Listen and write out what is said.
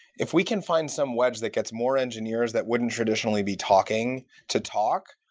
if we can find some webs that gets more engineers that wouldn't traditionally be talking to talk,